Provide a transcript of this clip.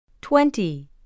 twenty